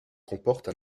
comporte